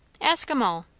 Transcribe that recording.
ask em all.